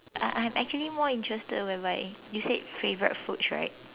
I am actually more interested whereby you said favorite foods right